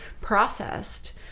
processed